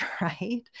right